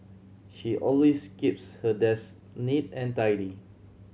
she always keeps her desk neat and tidy